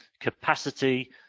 capacity